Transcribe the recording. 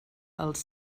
els